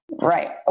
Right